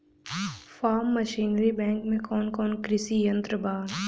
Form machinery bank में कौन कौन कृषि यंत्र बा?